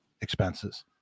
expenses